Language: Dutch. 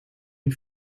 die